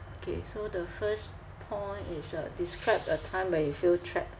okay so the first point is uh describe a time where you feel trapped